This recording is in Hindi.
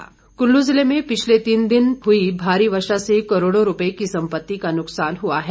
गोविन्द सिंह कल्लू जिले में पिछले तीन दिन हई भारी वर्षा से करोड़ों रूपये की सम्पति का नुकसान हआ है